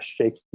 shaky